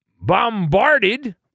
bombarded